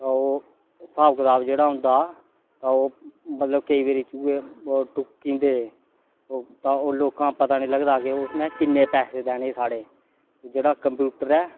ओह् स्हाब कताब जेह्ड़ा होंदा हा ओह् मतलब केईं बारी चुहे ओह् टुक्की जंदे हे तां ओह् लोकां पता नेईं हा लगदा कि उसनै किन्ने पैसे देने हे साढ़े जेह्ड़ा कम्प्यूटर ऐ